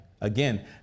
Again